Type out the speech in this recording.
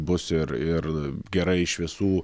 bus ir ir gerai šviesų